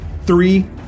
Three